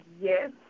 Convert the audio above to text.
yes